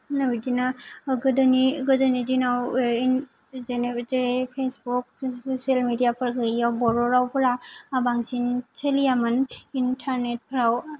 बेबायदिनो गोदोनि गोदोनि दिनाव ओ जेनबा जेरै फेसबुक ससियेल मिडिया फोर गैयैआव बर' रावफोरा बांसिन सोलियामोन इन्टारनेटफराव